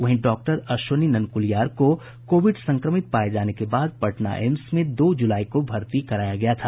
वहीं डॉक्टर अश्विनी ननकुलियार को कोविड संक्रमित पाये जाने के बाद पटना एम्स में दो जुलाई को भर्ती कराया गया था